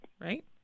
right